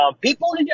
People